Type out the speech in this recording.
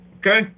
Okay